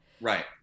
Right